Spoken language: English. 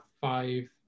five